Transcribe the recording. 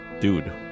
Dude